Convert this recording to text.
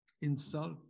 insult